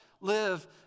live